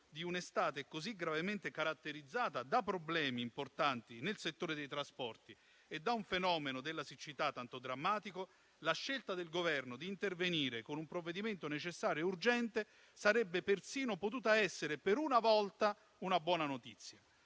di un'estate così gravemente caratterizzata da problemi importanti nel settore dei trasporti e da un fenomeno della siccità tanto drammatico, la scelta del Governo di intervenire con un provvedimento necessario e urgente sarebbe persino potuta essere, per una volta, una buona notizia,